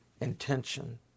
intention